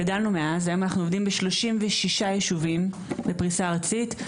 גדלנו קצת מאז והיום אנחנו עובדים בכ-36 יישובים בפריסה ארצית,